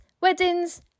weddings